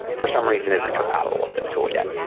for some reason, is incompatible with this tool yet.